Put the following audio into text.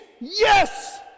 Yes